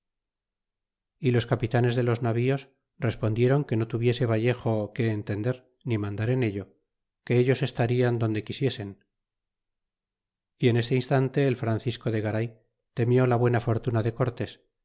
y los capitanes de los navíos respondiéron que no tuviese vallejo que entender ni mandar en ello que ellos estarían donde quisiesen y en este instante el francisco de garay temió la buena fortuna de cortés